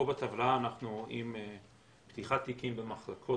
פה בטבלה אנחנו רואים פתיחת תיקים במחלקות